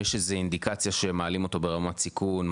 יש איזה אינדיקציה שמעלים אותו ברמת סיכון,